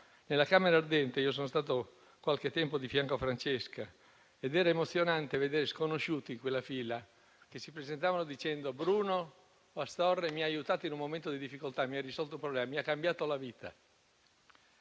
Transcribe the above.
Nella camera ardente sono stato qualche tempo di fianco a Francesca ed era emozionante vedere in quella fila degli sconosciuti che si presentavano dicendo: Bruno Astorre mi ha aiutato in un momento di difficoltà; mi ha risolto un problema; mi ha cambiato la vita;